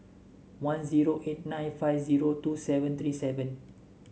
one zero eight nine five zero two seven three seven